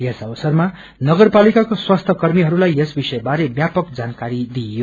यस अवसरमा नगरपालिकाको स्वास्थ्य कर्मीहरूलाई यस विषय बारे व्यापक जानकारी दिइयो